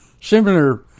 similar